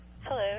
Hello